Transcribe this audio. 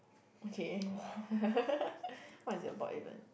okay what is it about even